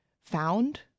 found